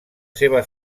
seva